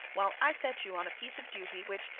while i set you on a piece of duty which,